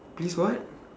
please what